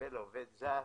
שמקבל עובד זר,